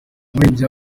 umuririmbyi